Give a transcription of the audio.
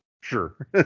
sure